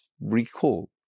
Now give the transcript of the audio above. recall